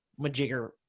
majigger